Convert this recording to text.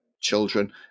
children